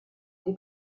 été